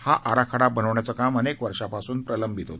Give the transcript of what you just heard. हा आराखडा बनवण्याचं काम अनेक वर्षांपासून प्रलंबित होतं